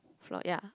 floor ya